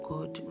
God